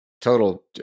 total